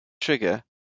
trigger